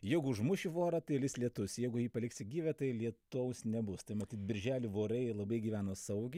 jeigu užmuši vorą tai lis lietus jeigu jį paliksi gyvą tai lietaus nebus tai matyt birželį vorai labai gyveno saugiai